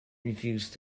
refused